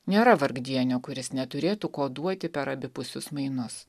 nėra vargdienio kuris neturėtų ko duoti per abipusius mainus